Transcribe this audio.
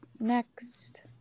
next